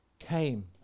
came